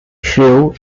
shrew